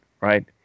right